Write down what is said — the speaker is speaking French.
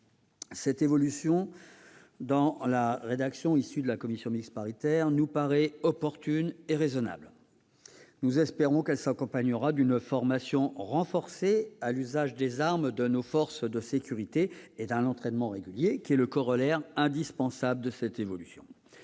Cette évolution, dans la rédaction issue de la commission mixte paritaire, nous paraît opportune et raisonnable. Nous espérons qu'elle s'accompagnera d'une formation renforcée à l'usage des armes de nos forces de sécurité et d'un entraînement régulier, qui est son corollaire indispensable. Les dispositions